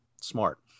smart